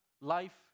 life